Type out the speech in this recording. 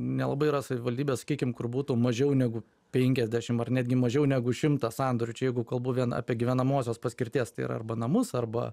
nelabai yra savivaldybė sakykim kur būtų mažiau negu penkiasdešim ar netgi mažiau negu šimtas sandorių čia jeigu kalbu vien apie gyvenamosios paskirties tai yra arba namus arba